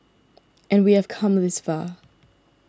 and we have come this far